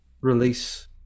release